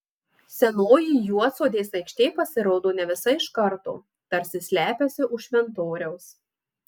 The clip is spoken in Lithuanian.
senoji juodsodės aikštė pasirodo ne visa iš karto tarsi slepiasi už šventoriaus